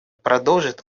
продолжит